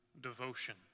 devotion